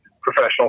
professional